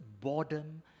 boredom